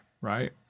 right